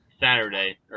Saturday